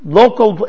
local